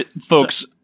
folks